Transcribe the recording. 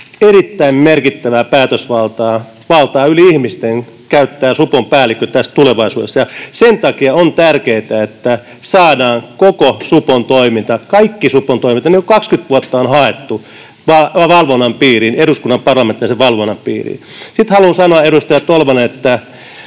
erittäin merkittävää päätösvaltaa, valtaa yli ihmisten, käyttää supon päällikkö tulevaisuudessa. Sen takia on tärkeätä, että saadaan koko supon toiminta, kaikki supon toiminta, niin kuin 20 vuotta on haettu, eduskunnan parlamentaarisen valvonnan piiriin. Sitten haluan sanoa, edustaja Tolvanen, että